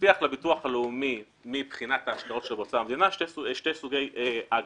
מבטיח לביטוח הלאומי שני סוגי אג"חים.